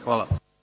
Hvala.